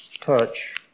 touch